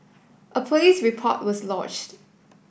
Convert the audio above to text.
a police report was lodged